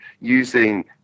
Using